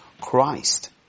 Christ